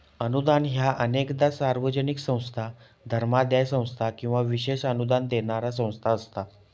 अनुदान ह्या अनेकदा सार्वजनिक संस्था, धर्मादाय संस्था किंवा विशेष अनुदान देणारा संस्था असता